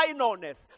finalness